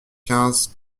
quinze